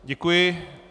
Děkuji.